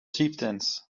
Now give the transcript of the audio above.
chieftains